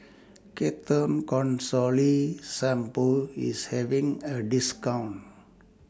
Ketoconazole Shampoo IS having A discount